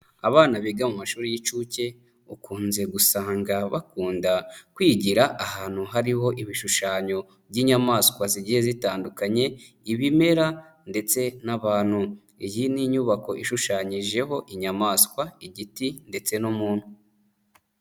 Abana biga mu mashuri y'inshuke ukunze gusanga bakunda kwigira ahantu hariho ibishushanyo by'inyamaswa zigiye zitandukanye ibimera ndetse n'abantu, iyi ni inyubako ishushanyijeho inyamaswa, igiti ndetse n'umuntu.